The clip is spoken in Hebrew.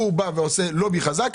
הוא עושה לובי חזק,